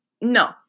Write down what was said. no